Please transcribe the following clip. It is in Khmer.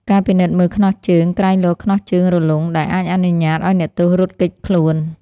ការពិនិត្យមើលខ្នោះជើង ក្រែងលោខ្នោះជើងរលុង ដែលអាចអនុញ្ញាតឱ្យអ្នកទោសរត់គេចខ្លួន។